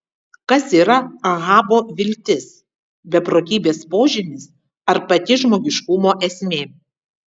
kas yra ahabo viltis beprotybės požymis ar pati žmogiškumo esmė